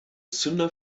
zunder